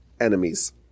enemies